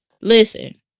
Listen